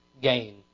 gain